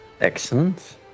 Excellent